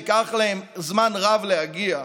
ייקח זמן רב להגיע,